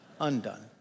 undone